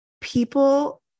People